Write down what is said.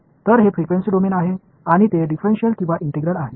तर हे frequency domain आहे आणि ते डिफरेन्शिएल किंवा इंटिग्रल आहे